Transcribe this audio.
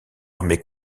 armé